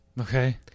Okay